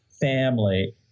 family